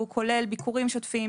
זה כולל ביקורים שוטפים,